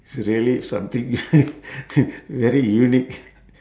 this is really something very unique